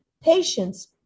patience